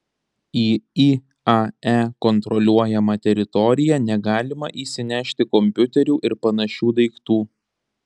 į iae kontroliuojamą teritoriją negalima įsinešti kompiuterių ir panašių daiktų